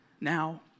now